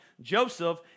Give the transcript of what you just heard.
Joseph